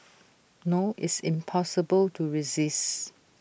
no IT is impossible to resist